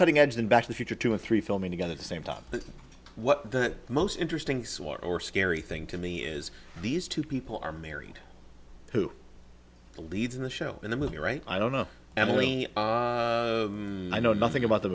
cutting edge than back to the future two or three films together the same time what the most interesting swore or scary thing to me is these two people are married who leads in the show in the movie right i don't know and only i know nothing about the